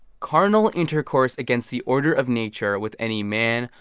carnal intercourse against the order of nature with any man,